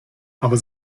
aber